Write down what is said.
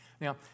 Now